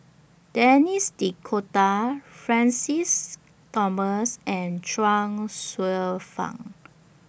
Denis D'Cotta Francis Thomas and Chuang Hsueh Fang